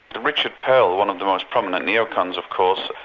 the richard perle, one of the most prominent neocoms of course,